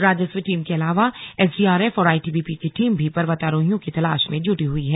राजस्व टीम के अलावा एसडीआरएफ और आईटीबीपी की टीम भी पर्वतारोहियों की तलाश में जुटी हुई है